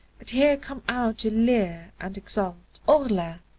but here come out to leer and exult. horla!